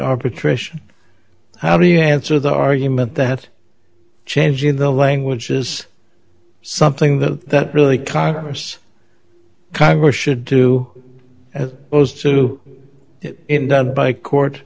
arbitration how do you answer the argument that changing the language is something that that really congress congress should do as opposed to it in the by court